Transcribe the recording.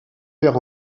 perd